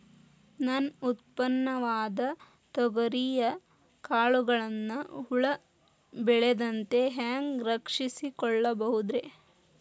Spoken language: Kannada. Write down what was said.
ನನ್ನ ಉತ್ಪನ್ನವಾದ ತೊಗರಿಯ ಕಾಳುಗಳನ್ನ ಹುಳ ಬೇಳದಂತೆ ಹ್ಯಾಂಗ ರಕ್ಷಿಸಿಕೊಳ್ಳಬಹುದರೇ?